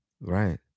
right